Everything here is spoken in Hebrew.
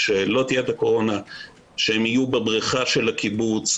כשלא תהיה את הקורונה שהם יהיו בבריכה של הקיבוץ,